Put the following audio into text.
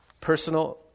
personal